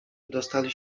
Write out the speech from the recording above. wydostali